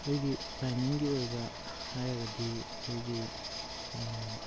ꯑꯩꯈꯣꯏꯒꯤ ꯂꯥꯏꯅꯤꯡꯒꯤ ꯑꯣꯏꯕ ꯍꯥꯏꯔꯒꯗꯤ ꯑꯩꯈꯣꯏꯒꯤ